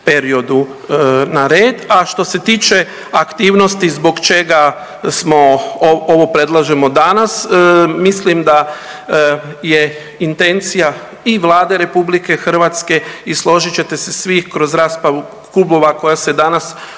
periodu na red. A što se tiče aktivnosti zbog čega smo, ovo predlažemo danas mislim da je intencija i Vlade RH i složit ćete se svi kroz raspravu klubova koja se danas održala